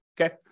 okay